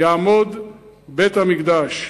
יעמוד בית-המקדש.